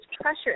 pressure